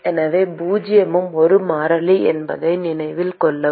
எனவே பூஜ்ஜியமும் ஒரு மாறிலி என்பதை நினைவில் கொள்ளவும்